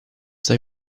they